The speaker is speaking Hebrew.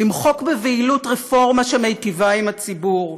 למחוק בבהילות רפורמה שמיטיבה עם הציבור